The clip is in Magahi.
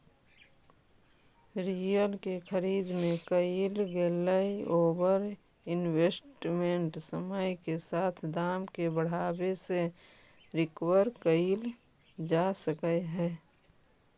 रियल के खरीद में कईल गेलई ओवर इन्वेस्टमेंट समय के साथ दाम के बढ़ावे से रिकवर कईल जा सकऽ हई